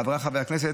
חבריי חברי הכנסת,